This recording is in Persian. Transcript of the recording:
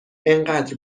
انقدر